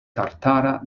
tatara